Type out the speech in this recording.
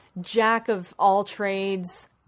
jack-of-all-trades